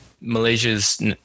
Malaysia's